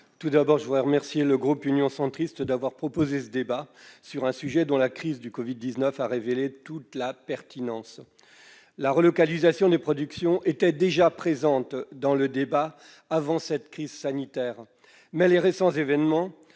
collègues, je remercie le groupe Union Centriste d'avoir permis la tenue de ce débat sur un sujet dont la crise du Covid-19 a révélé toute la pertinence. La relocalisation des productions était déjà présente dans le débat avant cette crise sanitaire, mais les récents événements